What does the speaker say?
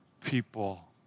people